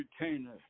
retainer